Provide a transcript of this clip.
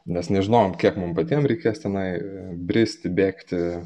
mes nežinojom kiek mum patiem reikės tenai bristi bėgti